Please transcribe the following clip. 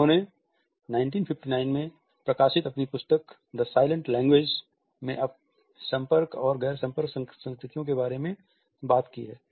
उन्होंने 1959 में प्रकाशित अपनी पुस्तक द साइलेंट लैंग्वेज में संपर्क और गैर संपर्क संस्कृतियों के बारे में बात की है